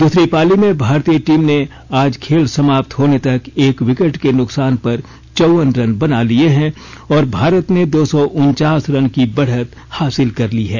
दूसरी पाली में भारतीय टीम ने आज खेल समाप्त होने तक एक विकेट के नुकसान पर चौवन रन बना लिये हैं और भारत ने दो सौ उनचास रन की बढ़त हासिल कर ली है